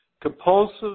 compulsive